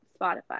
Spotify